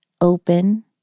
open